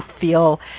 feel